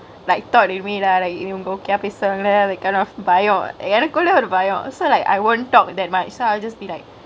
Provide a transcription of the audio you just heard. like thought with me lah like இவங்க:ivangkge okay யா பேசுராங்கல பயொ எனக்குள்ளேயே ஒரு பயொ:yaa pesurangkgele bayao enakulleye oru bayao so like I won't talk that much so I'll just be like